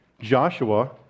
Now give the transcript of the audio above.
Joshua